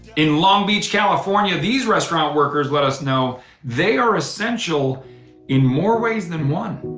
in long beach, california, these restaurant workers let us know they are essential in more ways than one.